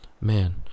man